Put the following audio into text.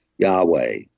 Yahweh